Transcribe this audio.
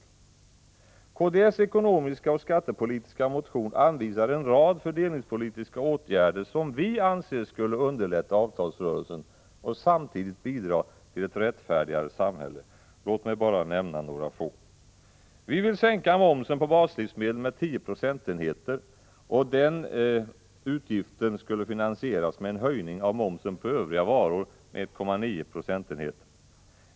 I kds ekonomiskoch skattepolitiska motion anvisar vi en rad fördelningspolitiska åtgärder som vi anser skulle underlätta avtalsrörelsen och samtidigt bidra till ett rättfärdigare samhälle. Låt mig nämna några: - Vi vill sänka momsen på baslivsmedlen med 10 procentenheter. Den utgiften skulle finansieras med en höjning av momsen på övriga varor med 1,9 procentenheter.